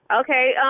Okay